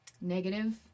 negative